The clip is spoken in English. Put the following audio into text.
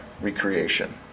recreation